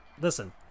Listen